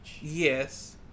Yes